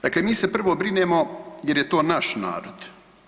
Dakle, mi se prvo brinemo jer je to naš narod.